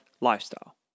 lifestyle